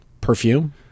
Perfume